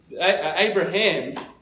Abraham